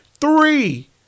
Three